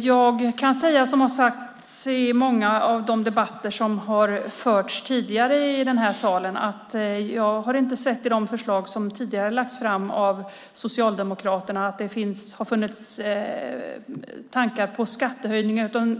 Jag kan säga, som har sagts i många av de debatter som har förts tidigare i den här salen, att jag i de förslag som tidigare har lagts fram av Socialdemokraterna inte har sett att det har funnits tankar på skattehöjningar.